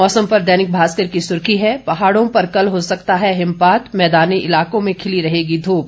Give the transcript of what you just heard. मौसम पर दैनिक भास्कर की सुर्खी है पहाड़ों पर कल हो सकता है हिमपात मैदानी इलाकों में खिली रहेगी धूप